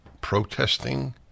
protesting